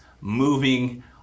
moving